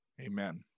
Amen